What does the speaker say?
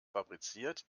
fabriziert